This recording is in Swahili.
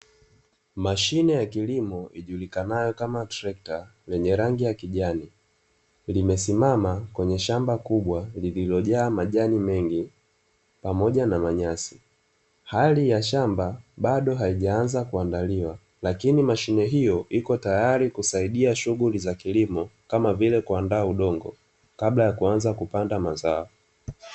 Mashine ya kilimo ijulikanayo kama trekta, lenye rangi ya kijani, limesimama kwenye shamba kubwa lililojaa majani mengi pamoja na manyasi, hali ya shamba bado haijaanza kuandaliwa, lakini mashine hiyo iko tayari kusaidia shughuli za kilimo kama vile kuandaa udongo, kabla ya kuanza kupanda mazao.